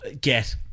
Get